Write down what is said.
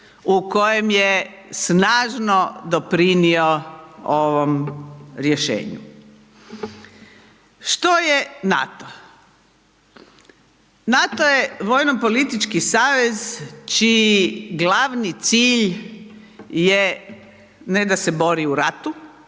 u kojem je snažno doprinio ovom rješenju. Što je NATO? NATO je vojno politički savez čiji glavni cilj je, ne da se bori u ratu,